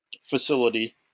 facility